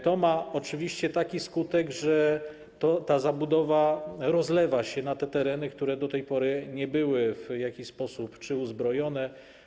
To ma oczywiście taki skutek, że zabudowa rozlewa się na tereny, które do tej pory nie były w jakiś sposób uzbrojone.